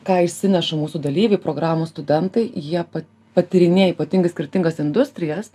ką išsineša mūsų dalyviai programos studentai jie pa patyrinėję ypatingai skirtingas industrijas